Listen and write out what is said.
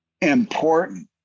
important